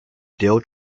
dil